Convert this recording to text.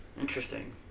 Interesting